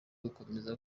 gukomeza